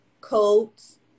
coats